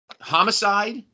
Homicide